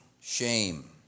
shame